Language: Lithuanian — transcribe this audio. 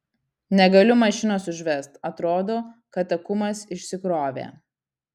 negaliu mašinos užvest atrodo kad akumas išsikrovė